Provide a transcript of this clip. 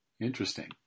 Interesting